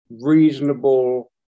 reasonable